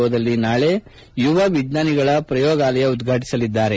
ಒ ದಲ್ಲಿ ನಾಳೆ ಯುವ ವಿಜ್ಞಾನಿಗಳ ಪ್ರಯೋಗಾಲಯ ಉದ್ಘಾಟಸಲಿದ್ದಾರೆ